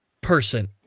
person